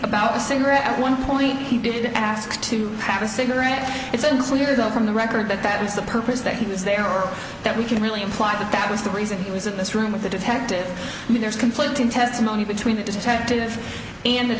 about a cigarette at one point he did ask to have a cigarette it's unclear that from the record that that was the purpose that he was there or that we can really imply that that was the reason he was in this room with the detective i mean there's conflicting testimony between the detective and th